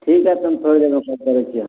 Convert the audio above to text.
ठीक छै तहन अबै छी अहाँ